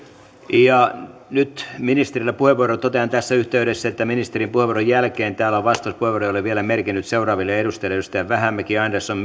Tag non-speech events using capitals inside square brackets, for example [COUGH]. ja nyt on ministerillä puheenvuoro totean tässä yhteydessä että ministerin puheenvuoron jälkeen täällä vastauspuheenvuoroja olen vielä merkinnyt seuraaville edustajille edustajat vähämäki andersson [UNINTELLIGIBLE]